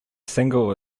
single